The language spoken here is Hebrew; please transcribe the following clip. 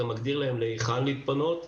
אתה מגדיר להם להיכן להתפנות,